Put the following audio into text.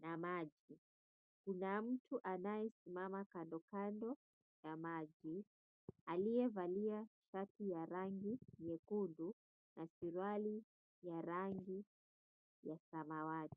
na maji. Kuna mtu anayesimama kando kando ya maji, aliyevalia shati ya rangi nyekundu na suruali ya rangi ya samawati.